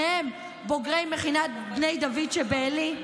שניהם בוגרי מכינת בני דוד שבעלי.